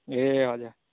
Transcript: ए हजुर